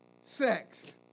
sex